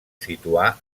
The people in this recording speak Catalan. situar